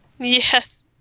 Yes